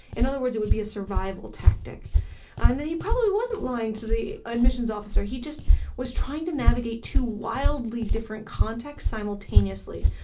in other words, it would be a survival tactic and that he probably wasn't lying to the admissions officer, he just was trying to navigate two wildly different contexts simultaneously,